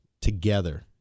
together